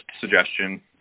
suggestion